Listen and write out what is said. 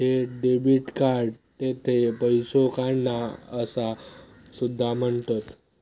थेट डेबिटाक थेट पैसो काढणा असा सुद्धा म्हणतत